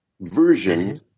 version